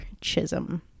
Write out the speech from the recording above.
Chisholm